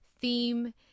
theme